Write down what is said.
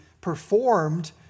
performed